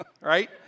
right